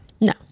No